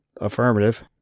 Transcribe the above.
Affirmative